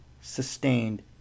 sustained